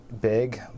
big